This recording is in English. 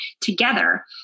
together